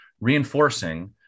reinforcing